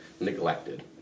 neglected